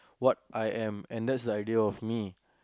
what I am and that's the idea of me